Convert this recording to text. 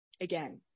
Again